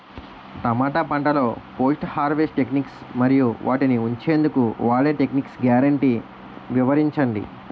టమాటా పంటలో post harvest techniques మరియు వాటిని ఉంచెందుకు వాడే టెక్నిక్స్ గ్యారంటీ వివరించండి?